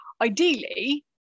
ideally